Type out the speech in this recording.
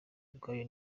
ubwayo